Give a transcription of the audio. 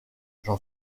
j’en